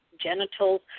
genitals